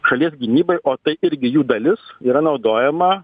šalies gynybai o tai irgi jų dalis yra naudojama